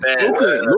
Luka